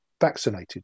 vaccinated